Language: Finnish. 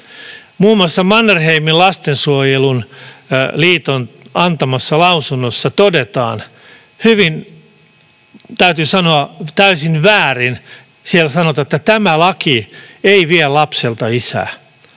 Muun muassa Mannerheimin Lastensuojeluliiton antamassa lausunnossa todetaan — täytyy sanoa, että täysin väärin — että tämä laki ei vie lapselta isää,